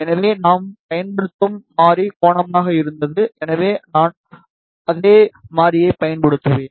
எனவே நாம் பயன்படுத்தும் மாறி கோணமாக இருந்தது எனவே நான் அதே மாறியைப் பயன்படுத்தினேன்